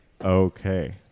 Okay